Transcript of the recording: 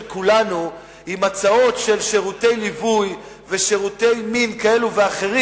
כולנו עם הצעות של שירותי ליווי ושירותי מין כאלו ואחרים.